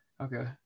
Okay